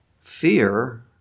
fear